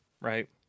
right